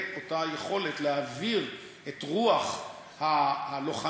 אותה יכולת להעביר את רוח הלוחמים,